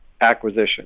acquisition